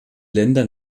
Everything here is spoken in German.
länder